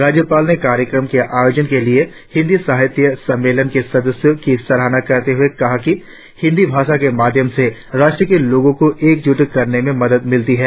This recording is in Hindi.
राज्यपाल ने कार्यक्रम के आयोजन के लिए हिंदी साहित्य सम्मेलन के सदस्यों की सराहना करते हुए कहा कि हिंदी भाषा के माध्यम से राष्ट्र के लोगों को एकजूट करने में मदद मिलती है